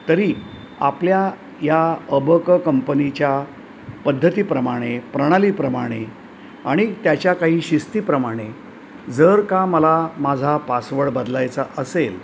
तरी आपल्या या अबक कंपनीच्या पद्धतीप्रमाणे प्रणालीप्रमाणे आणि त्याच्या काही शिस्तीप्रमाणे जर का मला माझा पासवर्ड बदलायचा असेल